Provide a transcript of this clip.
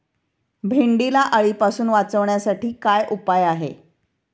भेंडीला अळीपासून वाचवण्यासाठी काय उपाय आहे?